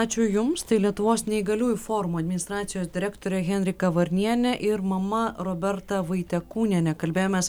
ačiū jums tai lietuvos neįgaliųjų forumo administracijos direktorė henrika varnienė ir mama roberta vaitekūnienė kalbėjomės